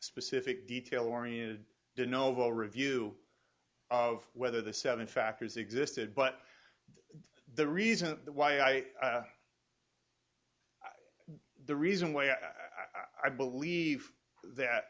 specific detail oriented dunno will review of whether the seven factors existed but the reason why i the reason why i i believe that